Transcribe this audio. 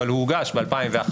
אבל הוא הוגש ב- 2011,